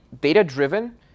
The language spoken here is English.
data-driven